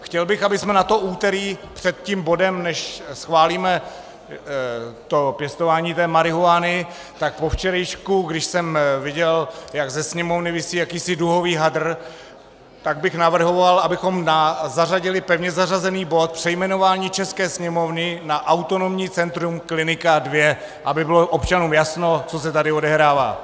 Chtěl bych, abychom na to úterý, před tím bodem, než schválíme to pěstování marihuany, tak po včerejšku, když jsem viděl, jak ze Sněmovny visí jakýsi duhový hadr, tak bych navrhoval, abychom zařadili pevně zařazený bod: Přejmenování české sněmovny na autonomní centrum Klinika II, aby bylo občanům jasné, co se tady odehrává.